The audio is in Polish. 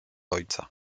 ojca